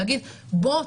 להגיד: בוא,